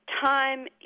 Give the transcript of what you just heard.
time